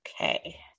Okay